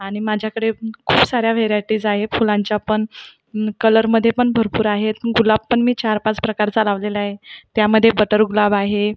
आणि माझ्याकडे खूप साऱ्या व्हेरायटीज आहेत फुलांच्या पण कलरमध्ये पण भरपूर आहेत गुलाब पण मी चार पाच प्रकारचा लावलेला आहे यामध्ये बटर गुलाब आहे